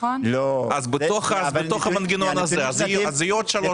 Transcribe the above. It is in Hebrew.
אז בתוך המנגנון הזה יהיו עוד שלוש.